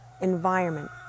environment